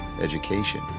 education